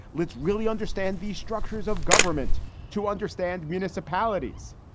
let's really understand these structures of government to understand municipalities.